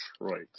Detroit